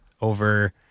over